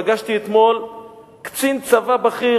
פגשתי אתמול קצין צבא בכיר,